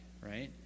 right